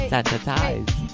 Sanitize